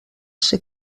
ser